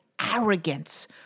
arrogance